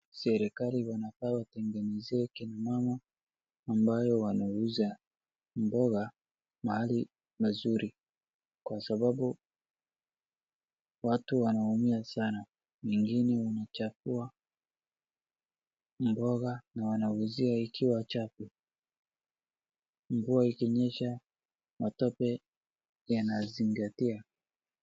Serikali wanafaa watengenezee kina mama ambao wanauza mboga mahali pazuri, kwa sababu watu wanaumia sana, wengine wanachafua mboga na wanauza ikiwa chafu. Mvua ikinyesha matope yanazingatia.